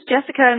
Jessica